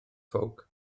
ffowc